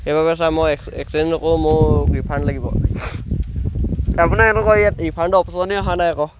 সেইবাবে ছাৰ মই এক্সেঞ্জ নকৰো মোৰ ৰিফাণ্ড লাগিব আপোনাৰ এনেকুৱা ইয়াত ৰিফাণ্ড অপশ্যনেই অহা নাই আকৌ